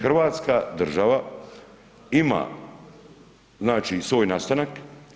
Hrvatska država ima znači svoj nastanak.